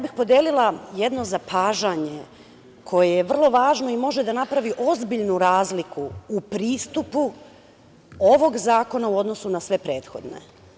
Podelila bih jedno zapažanje koje je vrlo važno i može da napravi ozbiljnu razliku u pristupu ovog zakona u odnosu na sve prethodne.